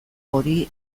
hori